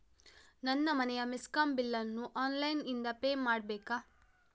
ನನ್ನ ಮನೆಯ ಮೆಸ್ಕಾಂ ಬಿಲ್ ಅನ್ನು ಆನ್ಲೈನ್ ಇಂದ ಪೇ ಮಾಡ್ಬೇಕಾ?